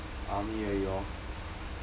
army 而已咯